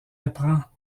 apprend